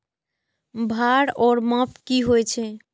भार ओर माप की होय छै?